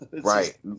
right